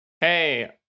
hey